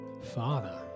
Father